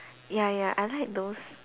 ya ya I like those